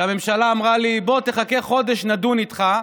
שהממשלה אמרה לי: בוא תחכה חודש, נדון איתך.